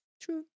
True